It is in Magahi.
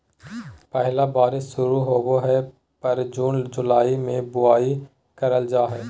पहला बारिश शुरू होबय पर जून जुलाई में बुआई करल जाय हइ